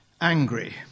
angry